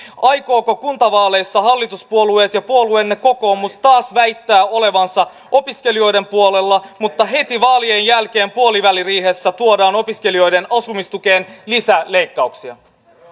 aikovatko kuntavaaleissa hallituspuolueet ja puolueenne kokoomus taas väittää olevansa opiskelijoiden puolella mutta heti vaalien jälkeen puoliväliriihessä tuodaan opiskelijoiden asumistukeen lisäleikkauksia